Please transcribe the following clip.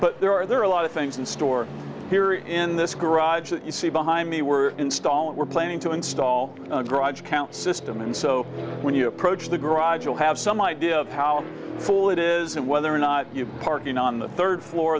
but there are there are a lot of things in store here in this garage that you see behind me we're installing we're planning to install a garage account system and so when you approach the garage you'll have some idea of how full it is and whether or not you parking on the third floor